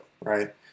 right